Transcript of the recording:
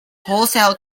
wholesale